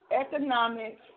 economic